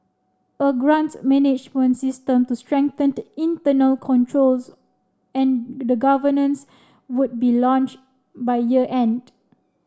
a grant management system to strengthen internal controls and the governance would be launched by year end